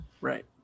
Right